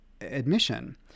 admission